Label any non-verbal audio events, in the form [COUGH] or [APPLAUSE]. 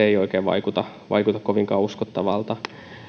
[UNINTELLIGIBLE] ei oikein vaikuta vaikuta kovinkaan uskottavalta